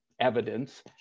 evidence